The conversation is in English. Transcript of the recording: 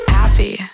happy